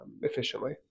efficiently